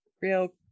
real